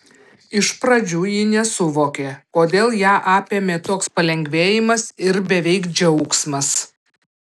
iš pradžių ji nesuvokė kodėl ją apėmė toks palengvėjimas ir beveik džiaugsmas